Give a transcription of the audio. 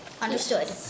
understood